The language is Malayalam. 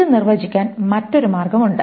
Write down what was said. ഇത് നിർവ്വചിക്കാൻ മറ്റൊരു മാർഗ്ഗമുണ്ട്